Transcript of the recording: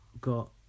got